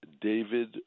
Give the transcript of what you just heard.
David